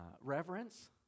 reverence